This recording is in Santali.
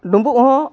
ᱰᱩᱢᱵᱩᱜ ᱦᱚᱸ